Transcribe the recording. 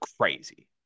crazy